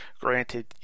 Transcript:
granted